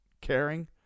caring